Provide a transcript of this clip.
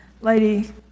lady